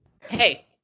Hey